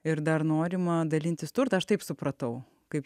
ir dar norima dalintis turtą aš taip supratau kaip